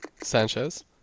Sanchez